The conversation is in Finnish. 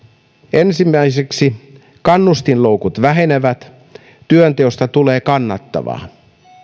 ensimmäiseksi kannustinloukut vähenevät työnteosta tulee kannattavaa